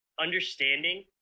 understanding